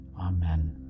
Amen